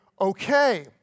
okay